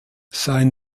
sein